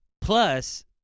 plus